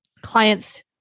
clients